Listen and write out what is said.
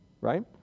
right